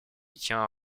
tient